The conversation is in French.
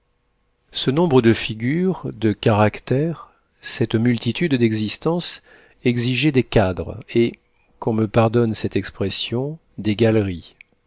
ce nombre de figures de caractères cette multitude d'existences exigeaient des cadres et qu'on me pardonne cette expression des galeries